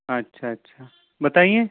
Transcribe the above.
अच्छा अच्छा बताइए